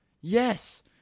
Yes